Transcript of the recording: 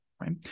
right